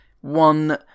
one